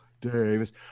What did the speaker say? Davis